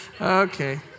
Okay